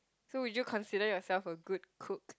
so would you consider yourself a good cook